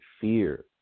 fear